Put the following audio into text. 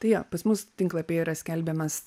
tai jo pas mus tinklapyje yra skelbiamas